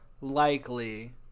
likely